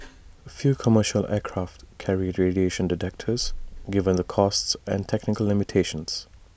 few commercial aircraft carry radiation detectors given the costs and technical limitations